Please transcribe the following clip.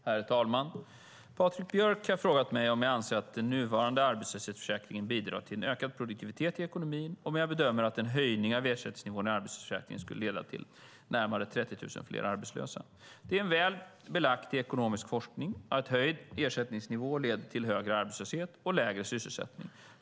Herr talman! Patrik Björck har frågat mig om jag anser att den nuvarande arbetslöshetsförsäkringen bidrar till en ökad produktivitet i ekonomin och om jag bedömer att en höjning av ersättningsnivån i arbetslöshetsförsäkringen skulle leda till närmare 30 000 fler arbetslösa. Det är väl belagt i ekonomisk forskning att höjd ersättningsnivå leder till högre arbetslöshet och lägre sysselsättning.